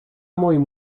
moim